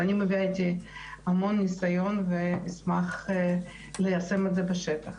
אז אני מביאה איתי המון ניסיון ואשמח ליישם את זה בשטח.